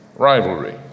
rivalry